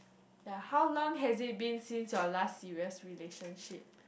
ya how long has it been since your last serious relationship